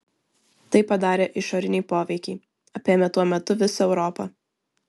tai padarė išoriniai poveikiai apėmę tuo metu visą europą